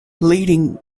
leading